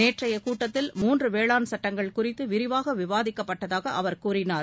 நேற்றைய கூட்டத்தில் மூன்று வேளாண் சுட்டங்கள் குறித்து விரிவாக விவாதிக்கப்பட்டதாக அவா் கூறினார்